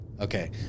okay